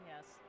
Yes